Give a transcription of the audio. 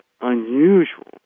unusual